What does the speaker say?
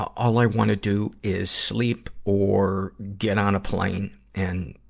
all, all i wanna do is sleep or get on a plane and,